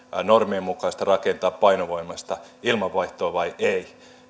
normien mukaista rakentaa painovoimaista ilmanvaihtoa vai ei ei